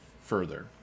further